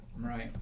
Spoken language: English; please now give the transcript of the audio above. Right